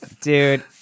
Dude